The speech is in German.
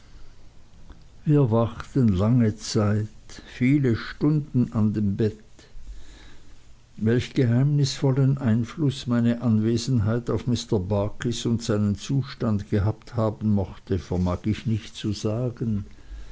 wir wachten lange zeit viele stunden an dem bett welch geheimnisvollen einfluß meine anwesenheit auf mr barkis und seinen zustand gehabt haben mochte vermag ich nicht zu sagen